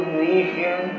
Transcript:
vision